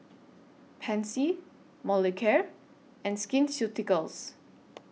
Pansy Molicare and Skin Ceuticals